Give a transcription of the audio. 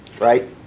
right